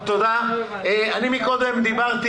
מקודם אמרתי